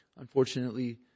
unfortunately